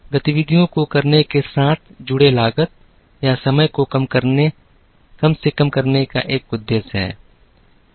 गतिविधियों को करने के साथ जुड़े लागत या समय को कम से कम करने का एक उद्देश्य है